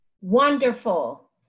wonderful